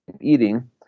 eating